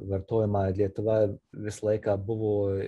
vartojimą lietuva visą laiką buvo